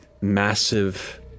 massive